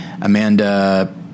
Amanda